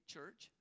Church